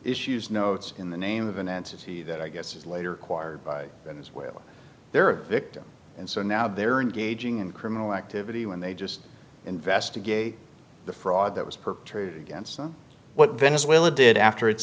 issues notes in the name of an entity that i guess is later quired by venezuela they're a victim and so now they're engaging in criminal activity when they just investigate the fraud that was perpetrated against them what venezuela did after it